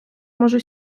може